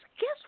guess